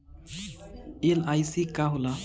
LIC का होला?